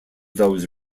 those